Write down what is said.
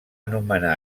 anomenar